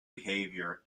behaviour